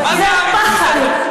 חברתי,